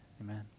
Amen